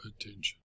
attention